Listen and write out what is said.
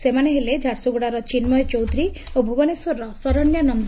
ସେମାନେ ହେଲେ ଝାରସୁଗୁଡାର ଚିନ୍କୟ ଚୌଧୁରୀ ଓ ଭ୍ରବନେଶ୍ୱରର ସରନ୍ୟା ନନ